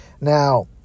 Now